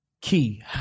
Key